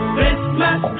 Christmas